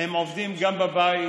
הם עובדים גם בבית,